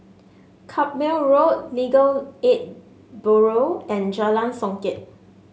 Carpmael Road Legal Aid Bureau and Jalan Songket